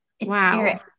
Wow